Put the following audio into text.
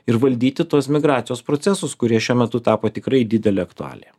ir valdyti tuos migracijos procesus kurie šiuo metu tapo tikrai didelė aktualija